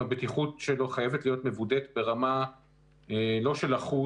הבטיחות שלו חייבת להיות מוודאת ברמה לא של 1%,